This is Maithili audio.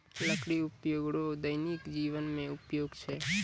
लकड़ी उपयोग रो दैनिक जिवन मे उपयोग छै